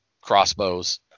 crossbows